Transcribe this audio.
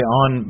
on